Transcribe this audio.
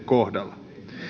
kohdalla